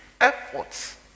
efforts